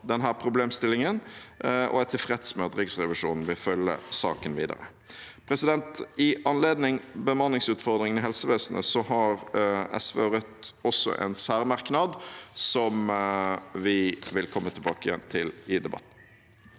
denne problemstillingen og er tilfreds med at Riksrevisjonen vil følge saken videre. I anledning bemanningsutfordringene i helsevesenet har SV og Rødt en særmerknad som vi vil komme tilbake til i debatten.